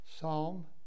Psalm